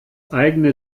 eigene